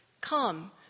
Come